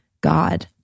God